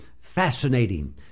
fascinating